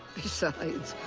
besides,